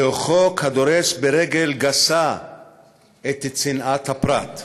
זהו חוק הדורס ברגל גסה את צנעת הפרט,